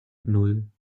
nan